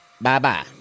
Bye-bye